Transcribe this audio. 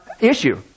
issue